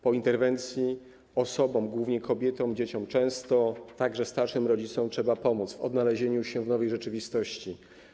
Po interwencji osobom, głównie kobietom, dzieciom, często także starszym rodzicom, trzeba pomóc w odnalezieniu się w nowej rzeczywistości.